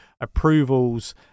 approvals